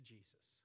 Jesus